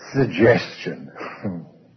suggestion